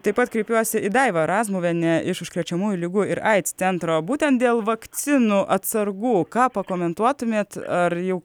taip pat kreipiuosi į daiva razmuvienė iš užkrečiamųjų ligų ir aids centro būtent dėl vakcinų atsargų ką pakomentuotumėt ar jau